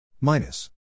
minus